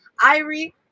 Irie